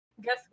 Guess